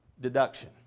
deduction